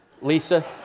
Lisa